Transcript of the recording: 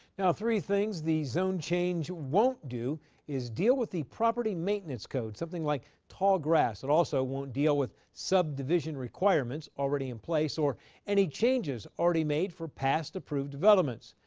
yeah three things the zone change won't do is deal with the property maintenance code, something like tall grass. it also won't deal with subdivision requirements already in place. or any changes already made for past approved developments.